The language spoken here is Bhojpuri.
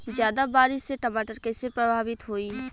ज्यादा बारिस से टमाटर कइसे प्रभावित होयी?